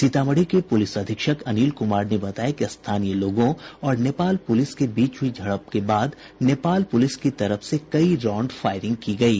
सीतामढ़ी के पुलिस अधीक्षक अनिल कुमार ने बताया कि स्थानीय लोगों और नेपाल पुलिस के बीच हुई झड़प के बाद नेपाल पुलिस की तरफ से कई राउंड फायरिंग की गयी